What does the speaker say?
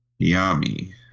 Yami